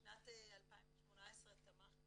בשנת 2018 תמכנו